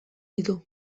ditu